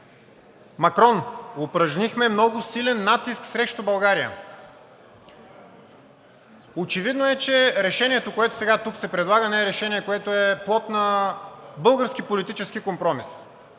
„Макрон: Упражнихме много силен натиск срещу България“. Очевидно е, че решението, което сега тук се предлага, не е решение, което е плод на български политически компромис.